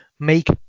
Make